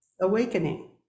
awakening